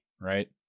right